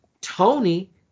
Tony